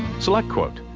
selectquote.